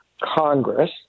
Congress